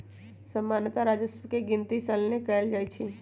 सामान्तः राजस्व के गिनति सलने कएल जाइ छइ